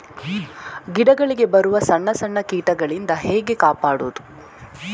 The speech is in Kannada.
ಗಿಡಗಳಿಗೆ ಬರುವ ಸಣ್ಣ ಸಣ್ಣ ಕೀಟಗಳಿಂದ ಹೇಗೆ ಕಾಪಾಡುವುದು?